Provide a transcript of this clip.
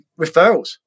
referrals